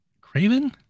Craven